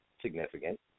significant